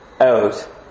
out